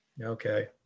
Okay